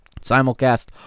simulcast